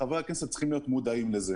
חברי הכנסת צריכים להיות מודעים לזה.